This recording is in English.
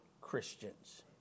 Christians